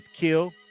kill